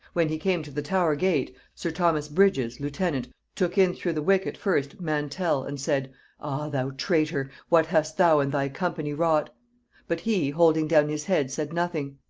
when he came to the tower gate, sir thomas bridges lieutenant took in through the wicket first mantell, and said ah thou traitor! what hast thou and thy company wrought but he, holding down his head, said nothing.